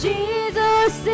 Jesus